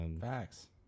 Facts